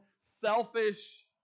selfish